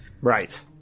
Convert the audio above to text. Right